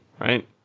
right